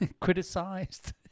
criticized